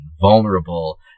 vulnerable